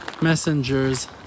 messengers